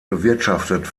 bewirtschaftet